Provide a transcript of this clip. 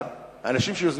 הם אמרו